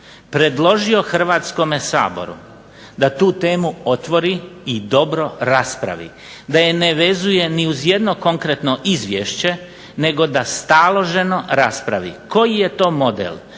predložio Hrvatskome saboru da tu temu otvori i dobro raspravi, da je ne vezuje ni uz jedno konkretno izvješće nego da staloženo raspravi koji je to model